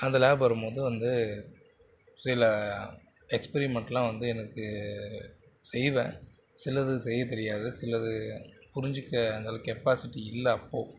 அந்த லேப் வரும்போது வந்து சில எக்ஸ்பிரிமெண்ட்லாம் வந்து எனக்கு செய்வேன் சிலது செய்ய தெரியாது சிலது புரிஞ்சிக்க அந்தளவுக்கு கெப்பாசிட்டி இல்லை அப்போது